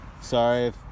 Sorry